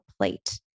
plate